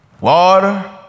water